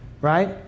right